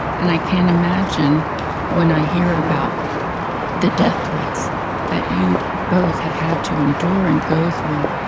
and i can't imagine when i hear about the death threats that you both have had to endure and go through.